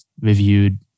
reviewed